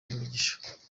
imigisha